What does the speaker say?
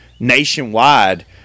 nationwide